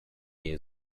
jej